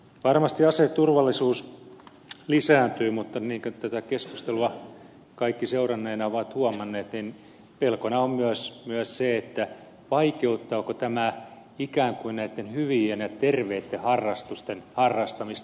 varmasti aseturvallisuus lisääntyy mutta niin kuin tätä keskustelua seuranneina ovat kaikki huomanneet niin pelkona on myös se vaikeuttaako tämä ikään kuin näitten hyvien ja terveitten harrastusten harrastamista